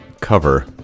cover